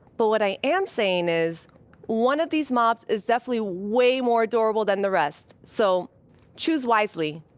but what i am saying is one of these mobs is definitely way more adorable than the rest. so choose wisely.